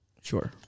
sure